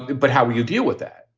but how will you deal with that?